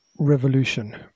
revolution